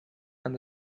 and